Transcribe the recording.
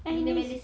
and it's